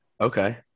Okay